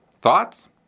Thoughts